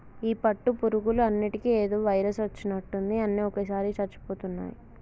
ఈ పట్టు పురుగులు అన్నిటికీ ఏదో వైరస్ వచ్చినట్టుంది అన్ని ఒకేసారిగా చచ్చిపోతున్నాయి